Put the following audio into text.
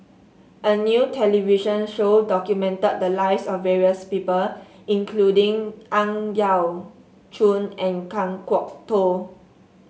a new television show documented the lives of various people including Ang Yau Choon and Kan Kwok Toh